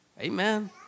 Amen